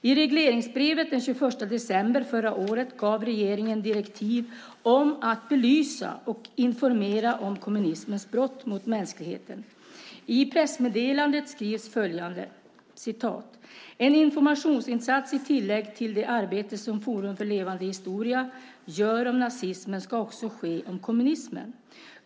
I regleringsbrevet den 21 december förra året gav regeringen direktiv om att belysa och informera om kommunismens brott mot mänskligheten. I pressmeddelandet skrivs följande: "En informationsinsats i tillägg till det arbete som Forum för levande historia gör om nazismen ska också ske om kommunismen.